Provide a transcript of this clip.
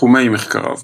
תחומי מחקריו